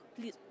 please